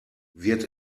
wird